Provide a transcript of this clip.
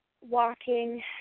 walking